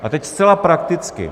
A teď zcela prakticky.